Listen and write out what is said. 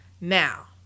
Now